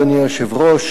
אדוני היושב-ראש,